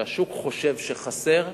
כאשר השוק חושב שחסר,